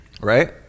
right